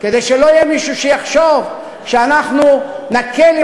כדי שלא יהיה מישהו שיחשוב שאנחנו נקל עם